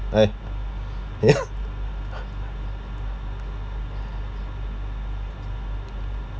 eh